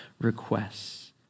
requests